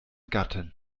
gattin